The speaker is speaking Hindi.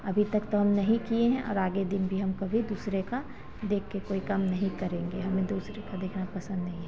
अभी तक तो हम नहीं किए हैं और आगे दिन भी हम कभी दूसरे का देख के कोई काम नहीं करेंगे हमें दूसरे का देखना पसंद नहीं है